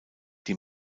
die